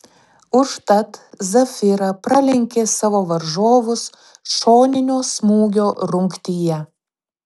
užtat zafira pralenkė savo varžovus šoninio smūgio rungtyje